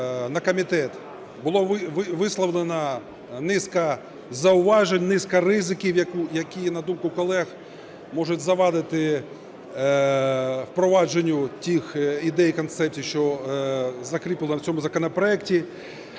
на комітет. Була висловлена низка зауважень, низка ризиків, які, на думку колег, можуть завадити впровадженню тих ідей концепції, що закріплена в цьому законопроекті.